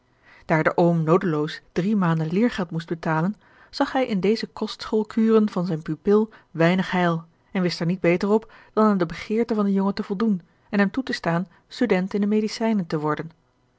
de oom noodeloos drie maanden leergeld moest betalen zag hij in deze kostschoolkuren van zijn pupil weinig heil en wist er niet beter op dan aan de begeerte van den jongen te voldoen en hem toe te staan student in de medicijnen te worden